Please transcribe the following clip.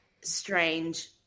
strange